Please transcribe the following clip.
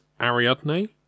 Ariadne